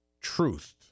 truth